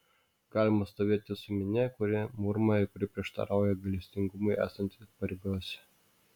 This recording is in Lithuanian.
galima stovėti su minia kuri murma ir kuri prieštarauja gailestingumui esantiems paribiuose